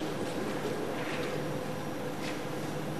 האסיר (תיקון),